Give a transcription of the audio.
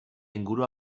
inguru